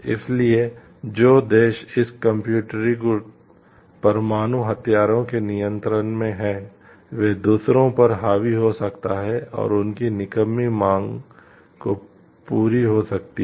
इसलिए जो देश इस कम्प्यूटरीकृत परमाणु हथियारों के नियंत्रण में हैं वे दूसरों पर हावी हो सकते हैं और उनकी निकम्मी मांग पूरी हो सकती हैं